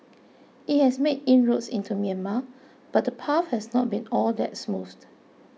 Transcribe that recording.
it has made inroads into Myanmar but the path has not been all that smooth